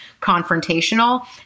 confrontational